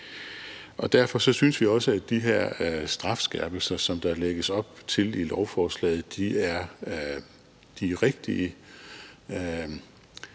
Derfor synes vi også, at de her strafskærpelser, som der lægges op til i lovforslaget, er rigtige.